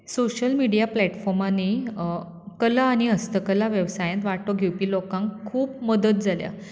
social media प्लेटफॉर्मांनी कला आनी हस्तकला वेवसायांत वांटो घेवपी लोकांक खूब मदत जाल्या